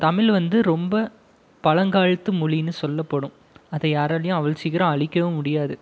தமிழ் வந்து ரொம்ப பழங்காலத்து மொழின்னு சொல்லப்படும் அதை யாராலேயும் அவ்வளோ சீக்கிரம் அழிக்கவும் முடியாது